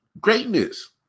Greatness